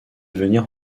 venir